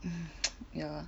!hais! ya